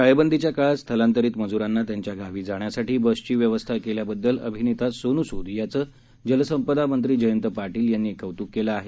टाळेबंदीच्या काळात स्थलांतरीत मज्रांना त्यांच्या गावी जाण्यासाठी बसची व्यवस्था केल्याबद्दल अभिनेता सोनू सूद याचं जलसंपदा मंत्री जयंत पाटील यांनी कौतूक केलं आहे